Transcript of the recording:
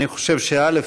אני חושב, א.